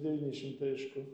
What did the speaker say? devyni šimtai aišku